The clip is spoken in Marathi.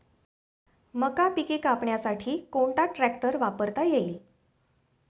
मका पिके कापण्यासाठी कोणता ट्रॅक्टर वापरता येईल?